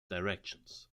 directions